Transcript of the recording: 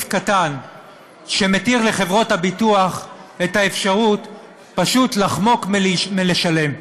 קטן שמותיר לחברות הביטוח את האפשרות פשוט לחמוק מלשלם.